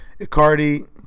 Icardi